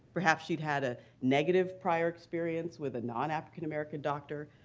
perhaps she'd had a negative prior experience with a non-african-american doctor,